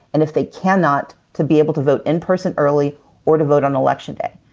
and if they cannot to be able to vote in person early or to vote on election day.